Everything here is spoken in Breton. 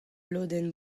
lodenn